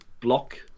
block